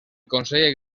consell